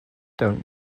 don’t